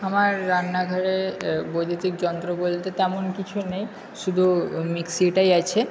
আমার রান্নাঘরে বৈদ্যুতিক যন্ত্র বলতে তেমন কিছু নেই শুধু মিক্সিটাই আছে